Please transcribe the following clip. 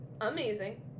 amazing